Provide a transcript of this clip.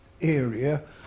area